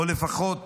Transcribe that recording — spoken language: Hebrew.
או לפחות